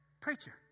preacher